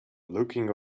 looking